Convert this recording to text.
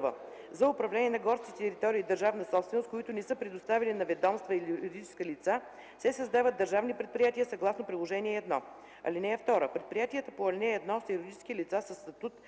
(1) За управление на горските територии – държавна собственост, които не са предоставени на ведомства или юридически лица, се създават държавни предприятия съгласно Приложение № 1. (2) Предприятията по ал. 1 са юридически лица със статут